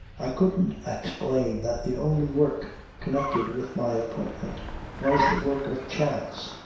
i couldn't explain that the only work connected with my appointment was the work of chance.